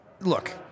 Look